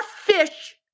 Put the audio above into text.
fish